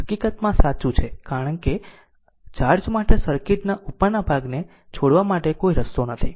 હકીકતમાં આ સાચું છે કારણ કે ચાર્જ માટે સર્કિટના ઉપરના ભાગને છોડવા માટે કોઈ રસ્તો નથી